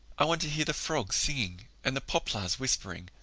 i want to hear the frogs singing and the poplars whispering.